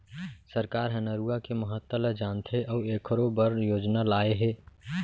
सरकार ह नरूवा के महता ल जानथे अउ एखरो बर योजना लाए हे